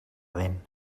dent